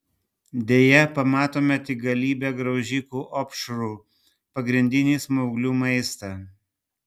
deja pamatome tik galybę graužikų opšrų pagrindinį smauglių maistą